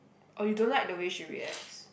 oh you don't like the way she reacts